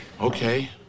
Okay